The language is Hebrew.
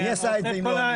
מי עשה את זה אם לא אני?